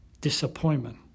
disappointment